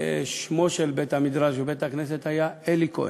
והשם של בית-המדרש ושל בית-הכנסת היה "אלי כהן".